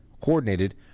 coordinated